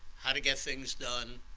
how to get things done,